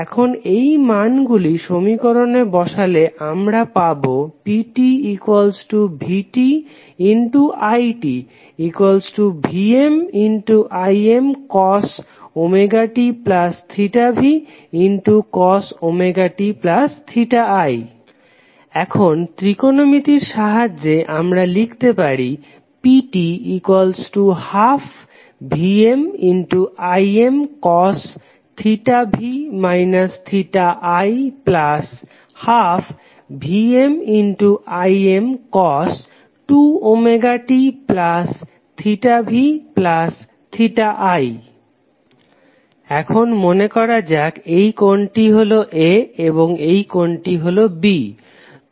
এখন এই মানগুলি সমীকরণে বসালে আমরা পাবো ptvtitVmImcos tv cos ti এখন ত্রিকোণমিতির সাহায্যে আমরা লিখতে পারি pt12VmImcos v i 12VmImcos 2ωtvi এখন মনেকরা যাক এই কোণটি হলো A এবং এই কোণটি হলো B